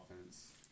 offense